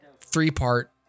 three-part